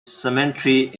cemetery